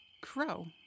crow